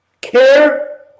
care